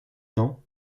dents